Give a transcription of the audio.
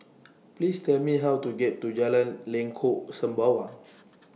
Please Tell Me How to get to Jalan Lengkok Sembawang